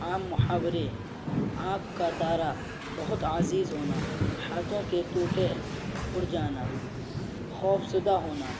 عام محاورے آنکھ کا تارا بہت عزیز ہونا ہاتھوں کے طوطے اڑ جانا خوف زدہ ہونا